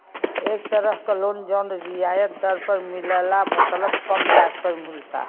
एक तरह क लोन जौन रियायत दर पर मिलला मतलब कम ब्याज पर मिलला